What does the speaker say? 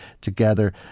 together